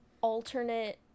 alternate